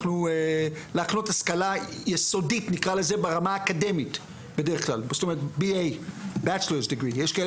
להקנות השכלה יסודית נקרא לזה ברמה האקדמית בדרך כלל B.A יש כאלה